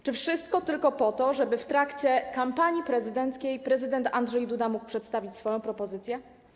Czy wszystko tylko po to, żeby w trakcie kampanii prezydenckiej prezydent Andrzej Duda mógł przedstawić swoją propozycję?